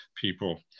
people